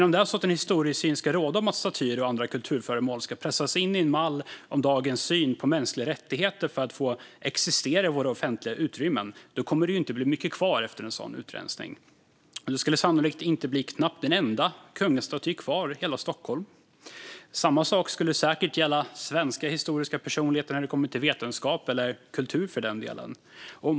Om det ska råda en historiesyn där statyer och andra kulturföremål ska pressas in i en mall med dagens syn på mänskliga rättigheter för att få existera i våra offentliga utrymmen kommer det inte att bli mycket kvar efter en sådan utrensning. Det skulle sannolikt knappt bli en enda kungastaty kvar i hela Stockholm. Samma sak skulle säkert gälla svenska historiska personligheter när det kommer till vetenskap eller för den delen kultur.